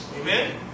Amen